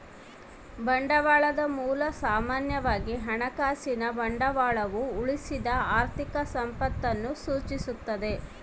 ಬಂಡವಾಳದ ಮೂಲ ಸಾಮಾನ್ಯವಾಗಿ ಹಣಕಾಸಿನ ಬಂಡವಾಳವು ಉಳಿಸಿದ ಆರ್ಥಿಕ ಸಂಪತ್ತನ್ನು ಸೂಚಿಸ್ತದ